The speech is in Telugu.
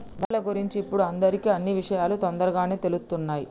బ్యేంకుల గురించి ఇప్పుడు అందరికీ అన్నీ విషయాలూ తొందరగానే తెలుత్తున్నయ్